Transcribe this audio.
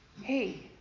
Hey